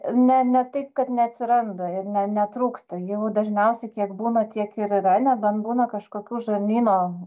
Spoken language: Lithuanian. ne ne taip kad neatsiranda ir ne netrūksta jau dažniausiai kiek būna tiek ir yra nebent būna kažkokių žarnyno